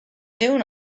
doing